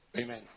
Amen